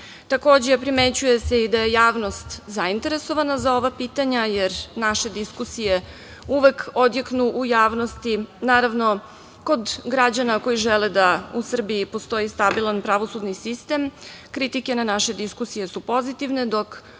primećuje se i da je javnost zainteresovana za ova pitanja jer naše diskusije uvek odjeknu u javnosti, naravno kod građana koji žele da u Srbiji postoji stabilan pravosudni sistem kritike na naše diskusije su pozitivne, dok